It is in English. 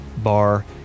bar